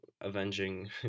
avenging